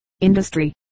industry